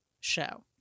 show